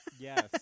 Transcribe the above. Yes